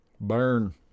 burn